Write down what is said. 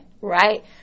Right